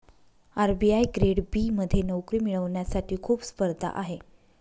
RBI grade B मध्ये नोकरी मिळवण्यासाठी खूप स्पर्धा आहे